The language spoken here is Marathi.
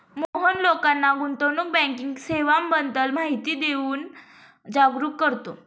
मोहन लोकांना गुंतवणूक बँकिंग सेवांबद्दल माहिती देऊन जागरुक करतो